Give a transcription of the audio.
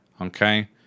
okay